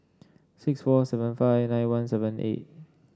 six four seven five nine one seven eight